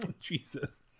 Jesus